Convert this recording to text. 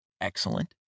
excellent